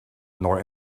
nor